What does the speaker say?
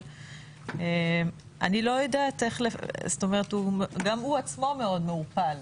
אבל גם הוא עצמו מאוד מעורפל,